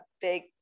big